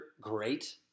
great